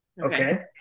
Okay